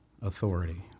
authority